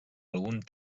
algun